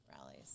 rallies